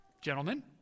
Gentlemen